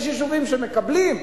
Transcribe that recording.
יש יישובים שמקבלים.